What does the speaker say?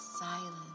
silence